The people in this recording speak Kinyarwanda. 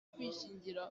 kwishyingira